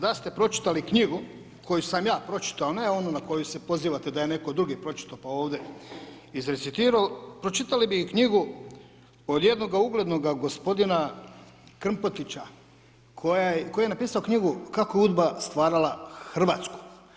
Da ste pročitali knjigu koju sam ja pročitao, ne onu na koju se pozivate da je netko drugi pročitao, pa ovdje izrecitirao, pročitali bi i knjigu od jednoga uglednoga gospodina Krmpotića, koji je napisao knjigu Kako UDBA stvarala Hrvatsku.